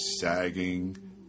sagging